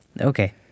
Okay